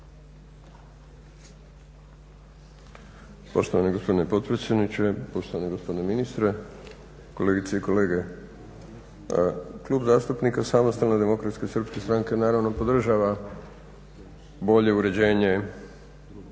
Poštovani gospodine potpredsjedniče, poštovani gospodine ministre, kolegice i kolege. Klub zastupnika samostalne demokratske srpske stranke naravno podržava bolje uređenje